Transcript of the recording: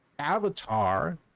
Avatar